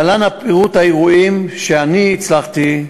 להלן פירוט האירועים שהצלחתי,